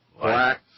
Black